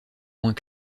moins